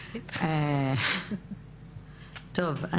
טוב,